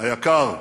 היקר,